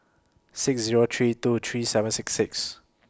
six Zero three two three seven six six